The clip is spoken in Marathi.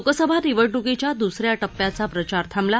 लोकसभा निवडणुकीच्या दुसऱ्या टप्प्याचा प्रचार थांबला